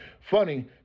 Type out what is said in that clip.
Funny